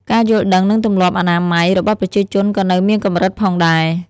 ការយល់ដឹង និងទម្លាប់អនាម័យ របស់ប្រជាជនក៏នៅមានកម្រិតផងដែរ។